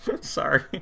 Sorry